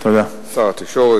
שר התקשורת,